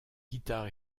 guitare